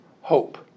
hope